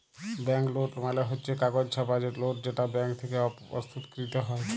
bank note মালে হচ্ছ কাগজে ছাপা লোট যেটা ব্যাঙ্ক থেক্যে প্রস্তুতকৃত হ্যয়